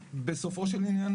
דיברנו,